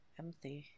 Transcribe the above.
empty